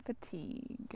fatigue